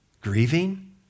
grieving